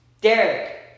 Derek